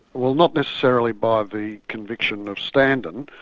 well, not necessarily by the conviction of standen.